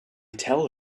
tell